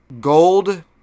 Gold